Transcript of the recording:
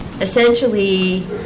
essentially